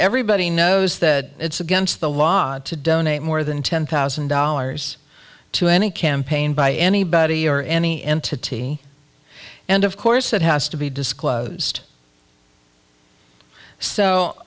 everybody knows that it's against the law to donate more than ten thousand dollars to any campaign by anybody or any entity and of course it has to be disclosed so